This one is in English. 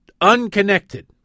unconnected